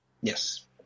yes